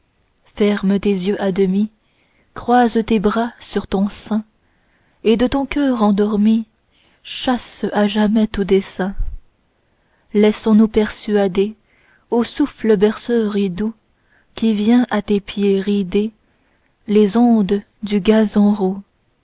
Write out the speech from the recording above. ferme tes yeux à demi croise tes bras sur ton sein et de ton coeur endormi chasse à jamais tout dessein laissons-nous persuader au souffle berceur et doux qui vient à tes pieds rider les ondes de gazon